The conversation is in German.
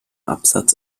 absatz